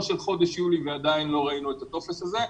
של חודש יולי ועדיין לא ראינו את הטופס הזה.